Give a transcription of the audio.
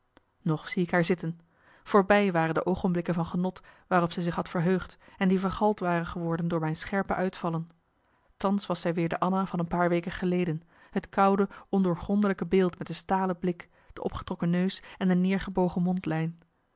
nog zie ik haar zitten voorbij waren de oogenmarcellus emants een nagelaten bekentenis blikken van genot waarop zij zich had verheugd en die vergald waren geworden door mijn scherpe uitvallen thans was zij weer de anna van een paar weken geleden het koude ondoorgrondelijke beeld met de stalen blik de opgetrokken neus en de